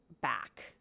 back